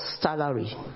salary